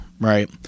right